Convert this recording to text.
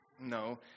no